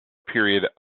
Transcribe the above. period